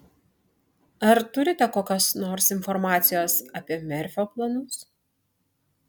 ar turite kokios nors informacijos apie merfio planus